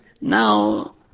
Now